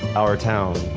our town.